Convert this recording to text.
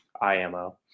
I-M-O